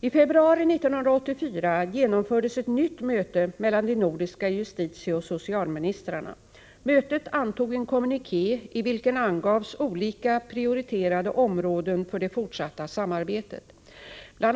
I februari 1984 genomfördes ett nytt möte mellan de nordiska justitieoch socialministrarna. Mötet antog en kommuniké i vilken angavs olika prioriterade områden för det fortsatta samarbetet. Bl.